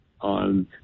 on